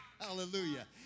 Hallelujah